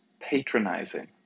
patronizing